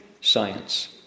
science